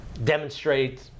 demonstrate